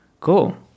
Cool